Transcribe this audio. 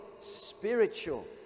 spiritual